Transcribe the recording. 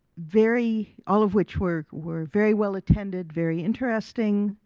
very, all of which were, were very well attended, very interesting,